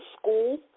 school